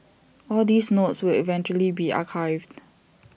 all these notes will eventually be archived